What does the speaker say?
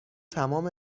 تمام